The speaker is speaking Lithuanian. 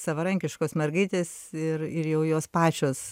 savarankiškos mergaitės ir ir jau jos pačios